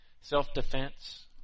self-defense